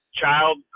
child